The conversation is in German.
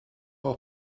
auch